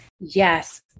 Yes